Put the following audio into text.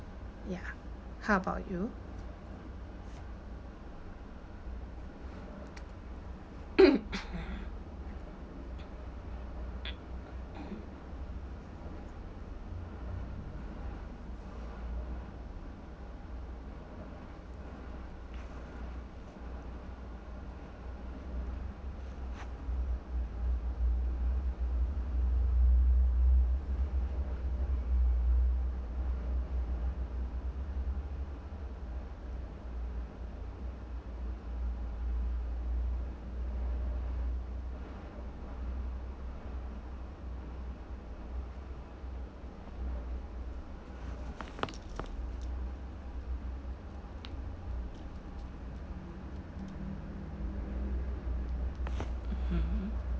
ya how about you mmhmm